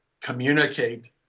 communicate